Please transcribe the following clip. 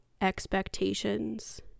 expectations